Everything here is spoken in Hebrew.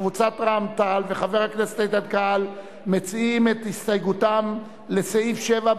קבוצת רע"ם-תע"ל וחבר הכנסת איתן כבל מציעים את הסתייגותם לסעיף 7,